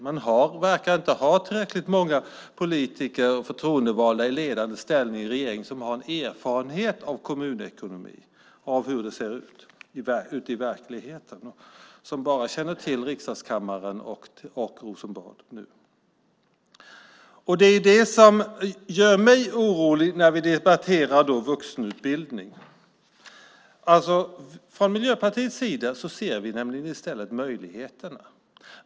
Man verkar inte ha tillräckligt många politiker och förtroendevalda i ledande ställning hos regeringen som har erfarenhet av kommunekonomi och av hur det ser ut ute i verkligheten utan som bara kännare till riksdagens kammare och Rosenbad. Det är det som gör mig orolig när vi debatterar vuxenutbildning. Från Miljöpartiets sida ser vi nämligen i stället möjligheterna.